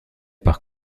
par